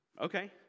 Okay